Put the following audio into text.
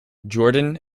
jordan